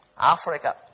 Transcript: Africa